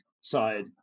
side